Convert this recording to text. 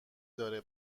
داره